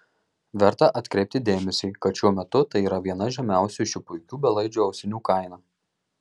verta atkreipti dėmesį kad šiuo metu tai yra viena žemiausių šių puikių belaidžių ausinių kaina